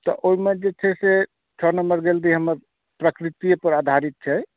तऽ ओहिमे जे छै से छओ नम्बर गैलरी हमर प्रकृतये पर आधारित छै